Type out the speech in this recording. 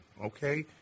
okay